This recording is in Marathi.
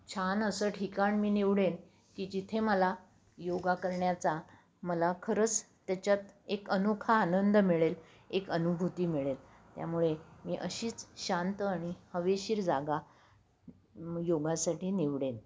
छान असं ठिकाण मी निवडेन की जिथे मला योगा करण्याचा मला खरंच त्याच्यात एक अनोखा आनंद मिळेल एक अनुभूती मिळेल त्यामुळे मी अशीच शांत आणि हवेशीर जागा योगासाठी निवडेन